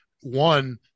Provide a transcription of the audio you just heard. One